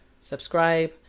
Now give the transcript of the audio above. subscribe